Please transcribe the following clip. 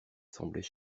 semblait